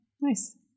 nice